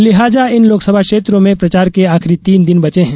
लिहाजा इन लोकसभा क्षेत्रों में प्रचार के आखिरी तीन दिन बचे हैं